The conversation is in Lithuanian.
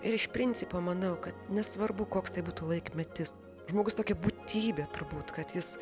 ir iš principo manau kad nesvarbu koks tai būtų laikmetis žmogus tokia būtybė turbūt kad jis